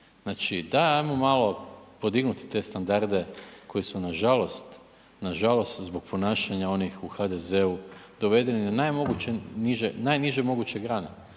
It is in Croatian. Znači, daj ajmo malo podignuti te standarde koji su nažalost, nažalost zbog ponašanja onih u HDZ-u dovedeni na najniže moguće grane.